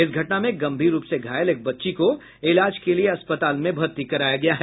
इस घटना में गंभीर रूप से घायल एक बच्ची को इलाज के लिए अस्पताल में भर्ती कराया गया है